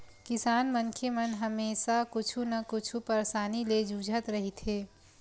किसान मनखे मन हमेसा कुछु न कुछु परसानी ले जुझत रहिथे